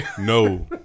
No